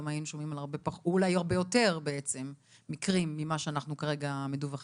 היינו שומעים על הרבה יותר מקרים ממה שאנחנו כרגע מדווחים.